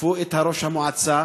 תקפו את ראש המועצה,